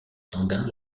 sanguins